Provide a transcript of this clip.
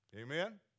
Amen